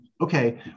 Okay